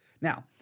Now